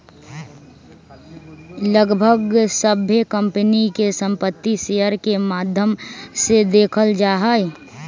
लगभग सभ्भे कम्पनी के संपत्ति शेयर के माद्धम से देखल जाई छई